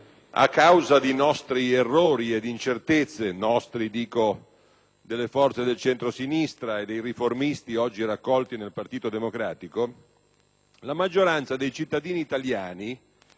a causa di nostri errori ed incertezze - l'aggettivo nostri è riferito alle forze del centrosinistra e ai riformisti oggi raccolti nel Partito Democratico - la maggioranza dei cittadini italiani